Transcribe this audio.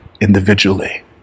individually